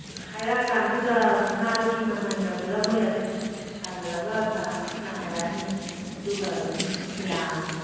ꯑꯗꯨ ꯍꯥꯏꯔꯛꯑꯀꯥꯟꯗꯨꯗ ꯉꯥꯗꯨꯒꯤ ꯃꯃꯟꯒ ꯄꯨꯂꯞ ꯃꯣꯏ ꯑꯗꯨꯝ ꯁꯥꯖꯤꯜꯂꯒ ꯁꯥꯔ ꯄꯨꯟꯅ ꯍꯥꯏꯔꯛꯑꯅꯤ ꯑꯗꯨꯒ ꯑꯗꯨꯝ ꯌꯥꯔꯅꯤ